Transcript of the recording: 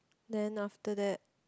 then after that